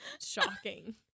shocking